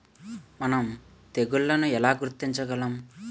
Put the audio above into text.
మనం తెగుళ్లను ఎలా గుర్తించగలం?